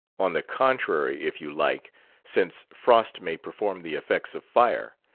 on the contrary if you like since frost may perform the effects of fire.